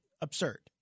absurd